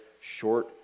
short